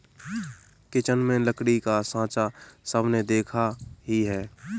kitchen में लकड़ी का साँचा सबने देखा ही है